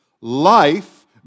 life